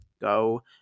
go